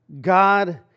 God